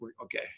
Okay